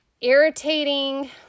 irritating